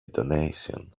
donation